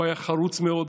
הוא היה חרוץ מאוד.